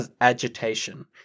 agitation